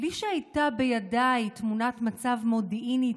בלי שהייתה בידיי תמונת מצב מודיעינית